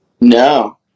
No